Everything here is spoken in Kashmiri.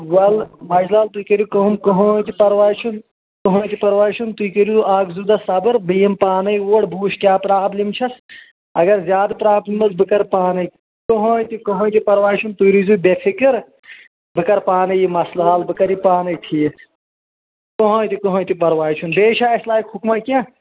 ولہٕ مجہِ لال تُہۍ کٔرِو کٲم کٕہیٖنۍ تہِ پرواے چھُنہٕ کٕہیٖنۍ تہِ پرواے چھُنہٕ تُہۍ کٔرِو اکھ زٕ دۄہ صبٕر بہٕ یِم پانے اور بہٕ وٕچھِ کیاہ پرابلم چھےٚ اگر زیادٕ پرابلم ٲس بہٕ کَرٕ پانے کٕہیٖنۍ تہِ کٕہیٖنۍ تہِ پرواے چھُنہٕ تُہۍ روزیو بے فِکِر بہٕ کَرٕ پانے یہِ مَسلہٕ حل بہٕ کَرٕ یہِ پانے ٹھیٖک کٕہیٖنۍ تہ کٕہیٖنۍ تہِ پرواے چھُنہٕ بے چھا اَسہِ لایق حُکما کینہہ